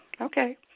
Okay